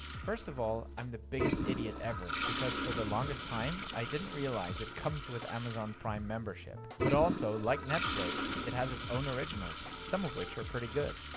first of all, i'm the biggest idiot ever, because for the longest time i didn't realize it comes with amazon prime membership. but also, like netflix, it has it's own originals, some of which are pretty good.